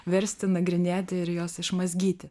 versti nagrinėti ir juos išmazgyti